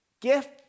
gift